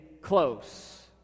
close